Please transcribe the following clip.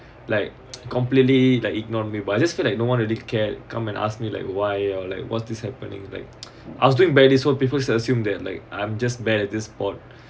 like completely like ignore me but I just feel like no one really care come and ask me like why or like what's this happening like I was doing badly what people assume that like I'm just bad at this sport